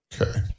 Okay